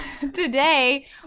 today